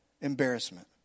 embarrassment